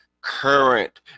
Current